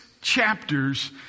chapters